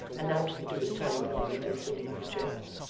announced that it was time for visitors to leave the jail.